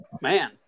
Man